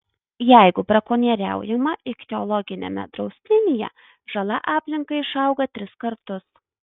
jeigu brakonieriaujama ichtiologiniame draustinyje žala aplinkai išauga tris kartus